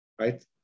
right